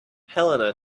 helena